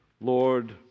Lord